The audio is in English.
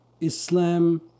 Islam